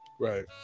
Right